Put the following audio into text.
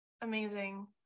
Amazing